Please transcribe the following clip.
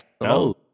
No